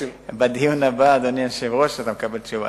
בדיון הבא, אדוני היושב-ראש, אתה מקבל תשובה.